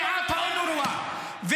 באונר"א 90,000 עובדים.